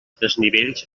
desnivells